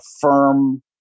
firm